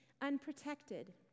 unprotected